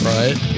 right